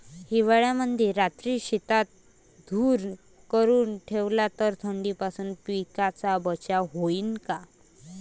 हिवाळ्यामंदी रात्री शेतात धुर करून ठेवला तर थंडीपासून पिकाचा बचाव होईन का?